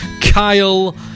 Kyle